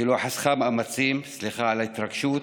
שלא חסכה מאמצים, סליחה על ההתרגשות,